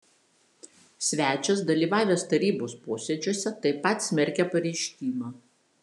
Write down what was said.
svečias dalyvavęs tarybos posėdžiuose taip pat smerkia pareiškimą